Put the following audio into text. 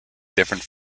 different